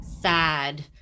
sad